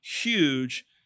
Huge